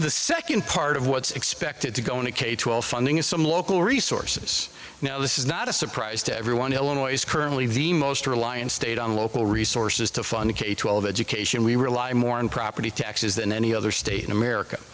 the second part of what's expected to go in a k twelve funding is some local resources now this is not a surprise to everyone illinois is currently the most reliant state on local resources to fund k twelve education we rely more on property taxes than any other state in america